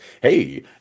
Hey